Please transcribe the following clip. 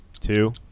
two